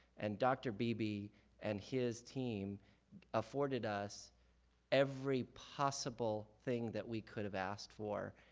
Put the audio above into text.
and dr. beebe and his team afforded us every possible thing that we could have asked for.